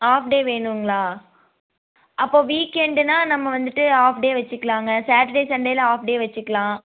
half day வேணுங்களா அப்போது week எண்டுன்னால் நம்ம வந்துட்டு ஹாஃப் டே வெச்சுக்கிலாங்க சாட்டர்டே சண்டேயில் ஹாஃப் டே வெச்சுக்கலாம்